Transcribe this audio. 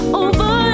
over